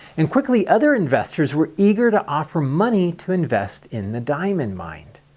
and quickly other investors were eager to offer money to invest in the diamond mine.